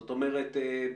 זאת אומרת,